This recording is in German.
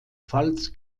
pfalz